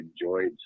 enjoyed